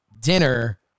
dinner